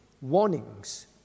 warnings